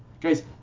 Guys